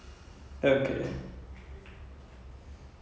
but the business won't go so well